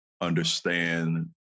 understand